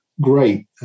great